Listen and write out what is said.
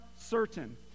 certain